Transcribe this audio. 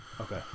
Okay